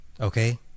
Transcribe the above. Okay